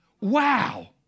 Wow